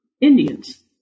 Indians